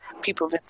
people